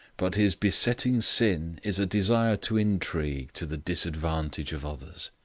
but his besetting sin is a desire to intrigue to the disadvantage of others.